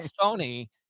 phony